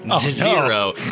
Zero